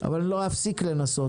אבל אני לא אפסיק לנסות,